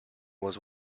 was